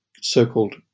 so-called